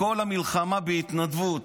כל המלחמה בהתנדבות.